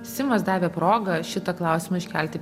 simas davė progą šitą klausimą iškelt į